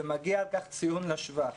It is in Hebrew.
ומגיע על כך ציון לשבח,